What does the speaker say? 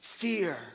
Fear